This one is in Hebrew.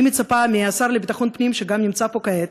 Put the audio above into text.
אני מצפה מהשר לביטחון הפנים, שנמצא פה כעת,